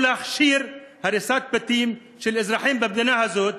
להכשיר הריסת בתים של אזרחים במדינה הזאת,